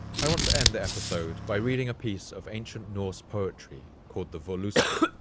i want to end the episode by reading a piece of ancient norse poetry called the voluspa.